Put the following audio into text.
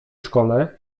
szkole